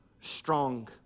strong